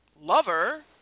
lover